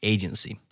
Agency